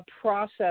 process